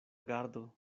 gardo